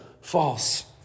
false